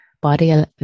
body